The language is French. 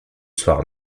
soir